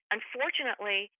Unfortunately